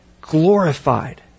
glorified